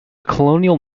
colonial